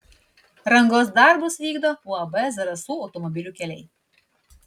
rangos darbus vykdo uab zarasų automobilių keliai